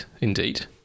Indeed